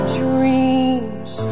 dreams